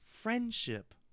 friendship